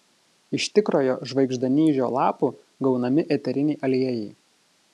iš tikrojo žvaigždanyžio lapų gaunami eteriniai aliejai